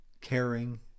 caring